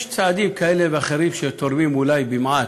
יש צעדים כאלה ואחרים, שתורמים אולי במעט,